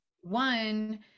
one